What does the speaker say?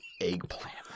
Eggplant